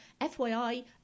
FYI